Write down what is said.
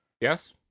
yes